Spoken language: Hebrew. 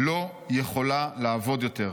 לא יכולה לעבוד יותר,